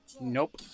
Nope